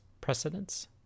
precedence